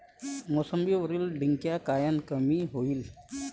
मोसंबीवरील डिक्या कायनं कमी होईल?